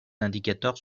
indicateurs